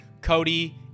Cody